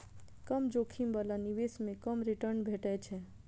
कम जोखिम बला निवेश मे कम रिटर्न भेटै छै